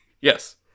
yes